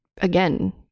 again